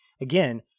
Again